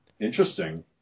Interesting